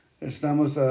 Estamos